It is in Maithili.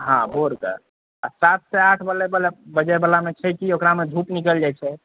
हँ भोर कऽ सात सँ आठ बजे वलामे छै कि ओकरामे धुप निकलि जाइत छै